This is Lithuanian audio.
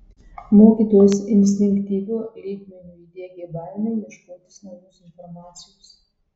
mokytojas instinktyviu lygmeniu įdiegė baimę ieškotis naujos informacijos